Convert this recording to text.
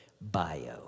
bio